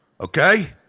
okay